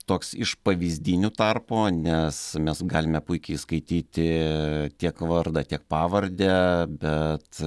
toks iš pavyzdinių tarpo nes mes galime puikiai įskaityti tiek vardą tiek pavardę bet